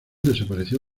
desapareció